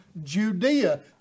Judea